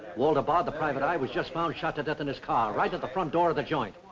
walter bard, the private eye was just found shot to death in his car right at the front door of the joint.